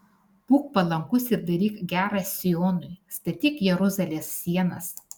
būk palankus ir daryk gera sionui statyk jeruzalės sienas